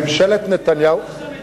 ממשלת נתניהו, איך זה יכול להיות?